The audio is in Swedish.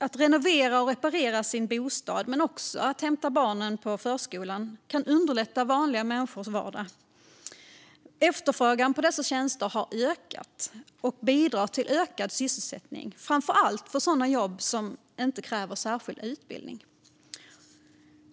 Att renovera och reparera sin bostad men också att hämta barnen på förskolan kan underlätta vanliga människors vardag. Efterfrågan på dessa tjänster har ökat och bidrar till ökad sysselsättning, framför allt när det gäller sådana jobb som inte kräver särskild utbildning.